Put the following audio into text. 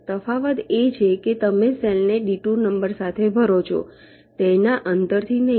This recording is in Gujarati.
તફાવત એ છે કે તમે સેલને ડિટૂર નંબર સાથે ભરો છો તેના અંતરથી નહીં